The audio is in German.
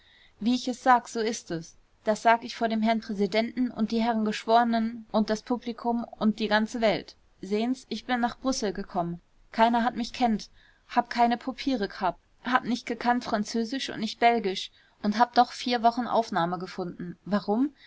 wie ich es sag so ist es das sag ich vor den herrn präsidenten und die herren geschworenen und das publikum und die ganze welt sehn's ich bin nach brüssel gekommen keiner hat mich kennt hab keine popiere g'habt hab nicht gekannt französisch und nicht belgisch und hab doch vier wochen aufnahme gefunden warum